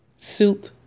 soup